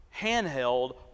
handheld